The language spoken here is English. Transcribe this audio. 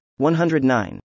109